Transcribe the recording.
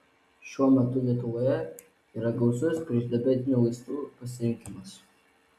šiuo metu lietuvoje yra gausus priešdiabetinių vaistų pasirinkimas